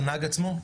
לנהג עצמו?